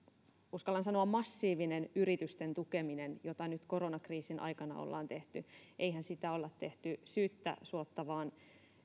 uskallan sanoa massiivinen yritysten tukeminen jota nyt koronakriisin aikana ollaan tehty eihän sitä olla tehty syyttä suotta vaan